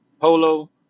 Polo